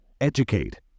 Educate